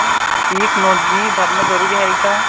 पीक नोंदनी भरनं जरूरी हाये का?